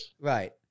right